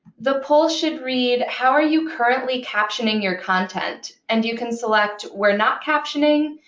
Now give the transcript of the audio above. the poll should read, how are you currently captioning your content? and you can select we're not captioning,